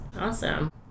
Awesome